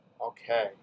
Okay